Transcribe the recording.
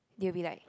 they were be like